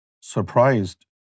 surprised